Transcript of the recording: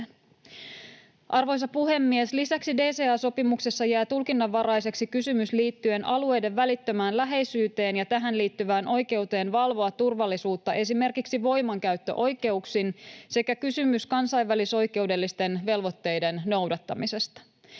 Arvoisa puhemies! Lisäksi DCA-sopimuksessa jää tulkinnanvaraiseksi kysymys liittyen alueiden välittömään läheisyyteen ja tähän liittyvään oikeuteen valvoa turvallisuutta esimerkiksi voimankäyttöoikeuksin sekä kysymys kansainvälisoikeudellisten velvoitteiden noudattamisesta.